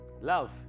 love